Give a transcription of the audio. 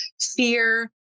fear